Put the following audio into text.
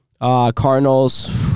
Cardinals